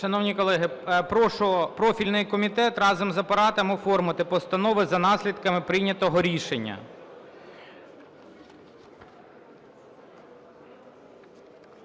Шановні колеги, прошу профільний комітет разом з Апаратом оформити постанови за наслідками прийнятого рішення.